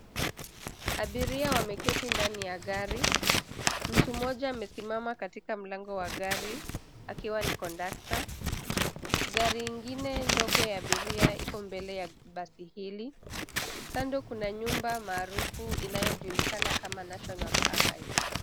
Abiria wameketi ndani ya gari. Mtu mmoja amesimama katika mlango wa gari, akiwa ni kondakta. Gari ingine ndogo ya abiria iko mbele ya basi hili. Kando kuna nyumba maarufu inayojulikana kama National Archives.